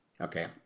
okay